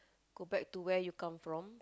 go back to where you come from